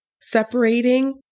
separating